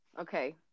Okay